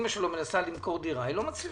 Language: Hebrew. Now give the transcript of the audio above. אימא שלו מנסה למכור דירה והיא לא מצליחה,